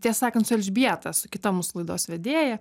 tiesą sakan su elžbieta su kita mūsų laidos vedėja